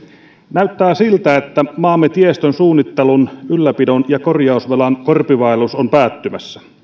näyttää siltä että maamme tiestön suunnittelun ylläpidon ja korjausvelan korpivaellus on päättymässä